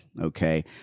okay